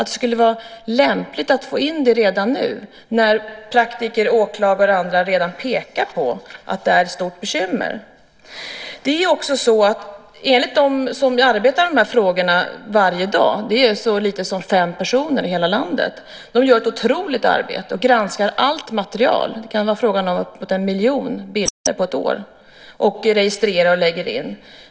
Det skulle vara lämpligt att få in det redan nu när praktiker, åklagare och andra redan pekar på att det är ett stort bekymmer. De som arbetar med de här frågorna varje dag är så få som fem personer i hela landet. De gör ett otroligt arbete och granskar allt material. Det kan vara uppemot en miljon bilder på ett år att registrera och lägga in.